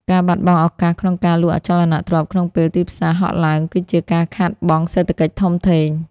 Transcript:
ការបាត់បង់ឱកាសក្នុងការលក់អចលនទ្រព្យក្នុងពេលទីផ្សារហក់ឡើង គឺជាការខាតបង់សេដ្ឋកិច្ចធំធេង។